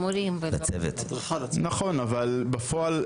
אבל בפועל,